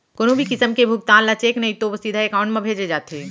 कोनो भी किसम के भुगतान ल चेक नइ तो सीधा एकाउंट म भेजे जाथे